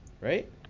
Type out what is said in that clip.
right